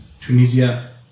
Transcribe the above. Tunisia